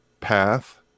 path